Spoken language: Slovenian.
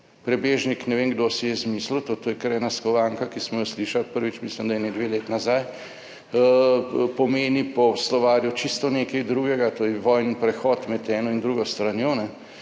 Prebežnik, ne vem, kdo si je izmislil, to je kar ena skovanka, ki smo jo slišali, prvič mislim, da ene dve leti nazaj, pomeni po slovarju čisto nekaj drugega, to je vojni prehod med eno in drugo stranjo,